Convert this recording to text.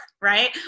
right